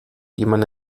jemand